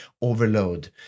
Overload